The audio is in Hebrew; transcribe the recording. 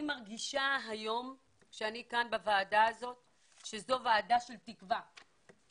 היום אני מרגישה שזו ועדה של תקווה,